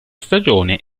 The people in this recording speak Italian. stagione